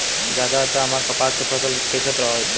ज्यादा आद्रता हमार कपास के फसल कि कइसे प्रभावित करी?